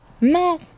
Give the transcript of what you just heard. No